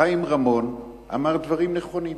חיים רמון אמר דברים נכונים.